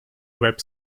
web